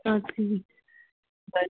اَدٕ بِہِو